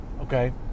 Okay